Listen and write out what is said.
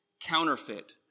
counterfeit